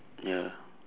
ya